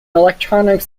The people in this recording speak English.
electronics